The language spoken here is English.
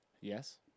Yes